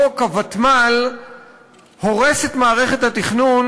חוק הוותמ"ל הורס את מערכת התכנון,